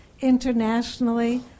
internationally